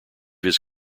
his